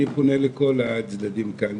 אני פונה לכל הצדדים כאן,